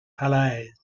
falaises